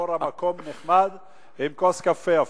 מאחור מקום נחמד עם כוס קפה אפילו.